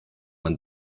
man